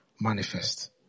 manifest